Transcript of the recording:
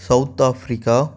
South Africa